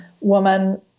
woman